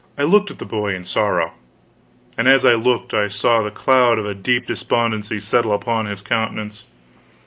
i looked at the boy in sorrow and as i looked i saw the cloud of a deep despondency settle upon his countenance.